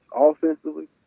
offensively